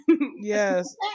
Yes